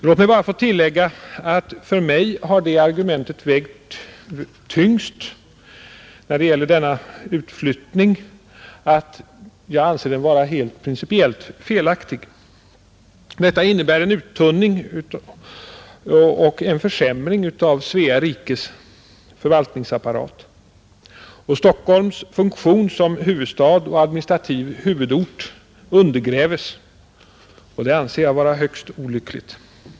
Låt mig bara få tillägga att för mig har det argumentet vägt tyngst att jag anser denna utflyttning vara principiellt helt felaktig. Utflyttningen innebär en uttunning och försämring av Svea rikes förvaltningsapparat. Stockholms funktion som huvudstad och administrativ huvudort undergrävs. Detta anser jag vara högst olyckligt.